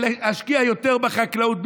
ולהשקיע יותר בחקלאות,